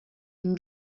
une